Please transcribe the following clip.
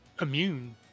immune